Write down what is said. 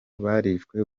barishwe